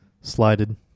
Slided